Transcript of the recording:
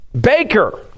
Baker